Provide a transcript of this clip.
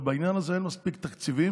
ובעניין הזה אין מספיק תקציבים,